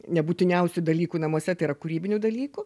nebūtiniausių dalykų namuose tai yra kūrybinių dalykų